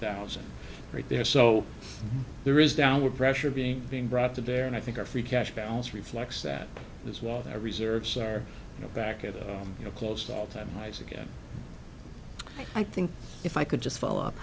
thousand right there so there is downward pressure being being brought to bear and i think our free cash balance reflects that as well their reserves are you know back at you know close to all time highs again i think if i could just follow up